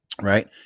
Right